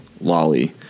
Lolly